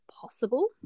possible